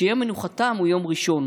שיום מנוחתם הוא יום ראשון,